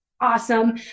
Awesome